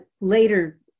later